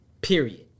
Period